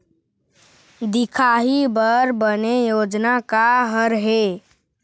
दिखाही बर बने योजना का हर हे?